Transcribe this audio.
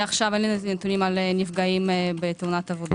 אין לי הנתונים עכשיו על נפגעים בתאונות עבודה.